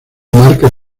marca